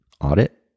audit